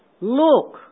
look